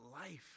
life